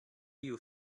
you